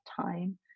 time